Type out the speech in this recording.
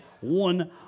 one